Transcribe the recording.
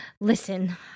listen